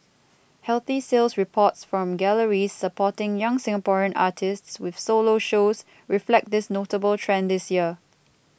healthy sales reports from galleries supporting young Singaporean artists with solo shows reflect this notable trend this year